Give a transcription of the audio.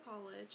college